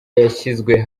yashyizwe